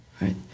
right